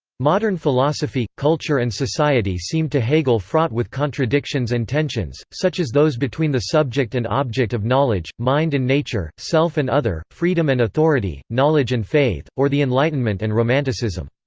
modern philosophy, culture and society seemed to hegel fraught with contradictions and tensions, such as those between the subject and object of knowledge, mind and nature, self and other, freedom and authority, knowledge and faith, or the enlightenment and romanticism.